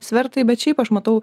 svertai bet šiaip aš matau